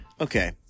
okay